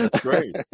great